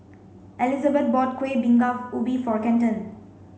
Elizabeth bought Kueh Bingka Ubi for Kenton